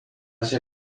che